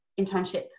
internship